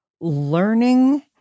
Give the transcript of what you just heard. Learning